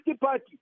party